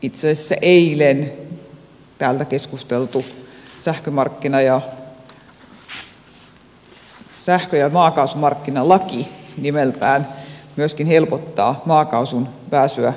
itse asiassa eilen täällä keskusteltu laki sähkö ja maakaasumarkkinalaki nimeltään myöskin helpottaa maakaasun pääsyä verkkoon